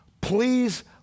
Please